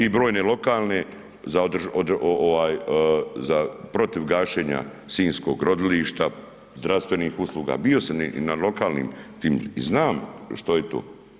I brojne lokalne za protiv gašenja sinjskog rodilišta, zdravstvenih usluga, bio sam i na lokalnim tim i znam što je to.